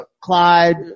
Clyde